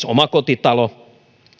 omakotitalo